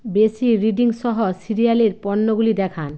বেশি রিডিংসহ সিরিয়ালের পণ্যগুলি দেখান